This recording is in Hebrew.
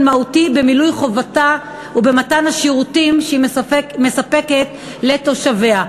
מהותי במילוי חובתה ובמתן השירותים שהיא מספקת לתושביה.